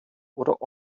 oder